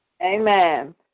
Amen